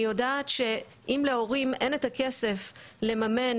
אני יודעת שאם להורים אין את הכסף לממן